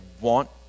want